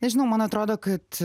nežinau man atrodo kad